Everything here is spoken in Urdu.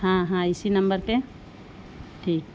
ہاں ہاں اسی نمبر پہ ٹھیک